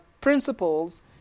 principles